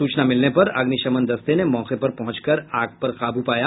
सूचना मिलने पर अग्निशमन दस्ते ने मौके पर पहुंचकर आग पर काबू पाया